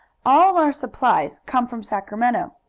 all our supplies come from sacramento.